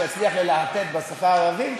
שאצליח ללהטט בשפה הערבית